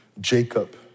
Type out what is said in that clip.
Jacob